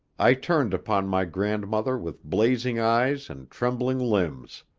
i turned upon my grandmother with blazing eyes and trembling limbs.